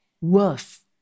worth